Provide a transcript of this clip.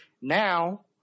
now